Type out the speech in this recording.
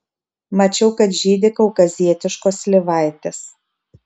mačiau kad žydi kaukazietiškos slyvaitės